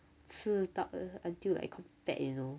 吃到 until like become fat you know